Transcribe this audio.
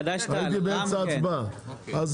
אני